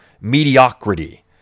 mediocrity